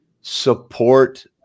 support